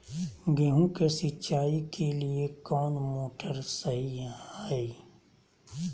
गेंहू के सिंचाई के लिए कौन मोटर शाही हाय?